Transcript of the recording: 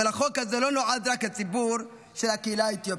אבל החוק הזה לא נועד רק לציבור של הקהילה האתיופית,